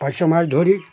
পার্শে মাছ ধরি